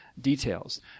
details